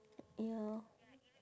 ya